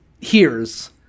hears